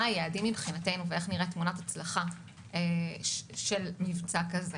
היעדים מבחינתנו ואיך נראית תמונת הצלחה של מבצע כזה.